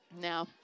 now